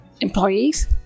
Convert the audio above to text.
employees